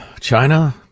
China